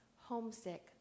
homesick